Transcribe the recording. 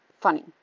Funny